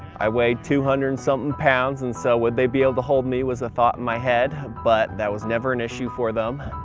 i weight two hundred and somethin' pounds, and so would they be able to hold me was a thought in my head but that was never an issue for them.